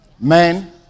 men